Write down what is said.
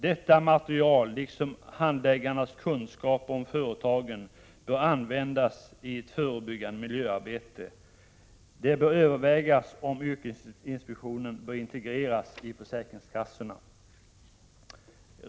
Detta material liksom handläggarnas kunskaper om företagen bör användas i ett förebyg gande miljöarbete. Det bör övervägas om yrkesinspektionen bör integreras i försäkringskassorna.